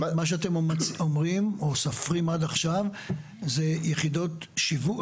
מה שאתם אומרים או סופרים עד עכשיו זה יחידות שיווק.